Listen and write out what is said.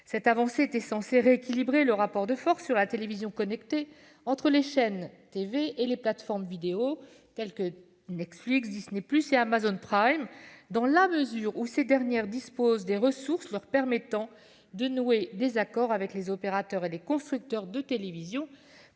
Cette avancée était censée rééquilibrer le rapport de force qui se joue sur la télévision connectée entre les chaînes de télévision et les plateformes vidéo, telles que Netflix, Disney+ et Amazon Prime, dans la mesure où ces dernières disposent des ressources leur permettant de nouer des accords avec les opérateurs et les constructeurs de télévision,